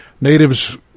Natives